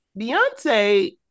Beyonce